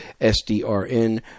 SDRN